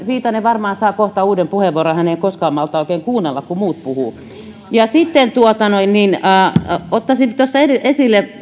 viitanen varmaan saa kohta uuden puheenvuoron hän ei koskaan malta oikein kuunnella kun muut puhuvat sitten ottaisin esille